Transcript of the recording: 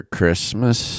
Christmas